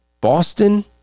Boston